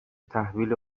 تحویل